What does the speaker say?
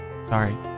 Sorry